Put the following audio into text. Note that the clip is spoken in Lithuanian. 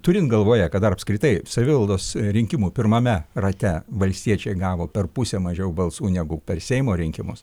turint galvoje kad apskritai savivaldos rinkimų pirmame rate valstiečiai gavo per pusę mažiau balsų negu per seimo rinkimus